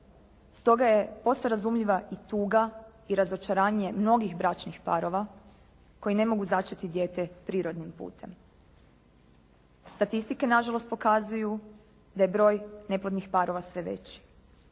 Stoga je posve razumljiva i tuga i razočaranje mnogih bračnih parova koji ne mogu začeti dijete prirodnim putem. Statistike na žalost pokazuju da je broj neplodnih parova sve veći,